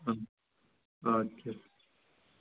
اَدٕ آدٕ کیٛاہ